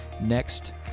next